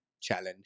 challenge